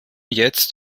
jetzt